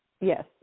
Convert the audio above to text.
Yes